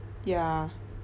ya